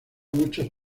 muchos